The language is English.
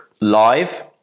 Live